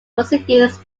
proceedings